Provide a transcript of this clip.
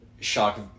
shock